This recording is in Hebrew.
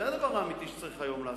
זה הדבר האמיתי שצריך היום לעשות.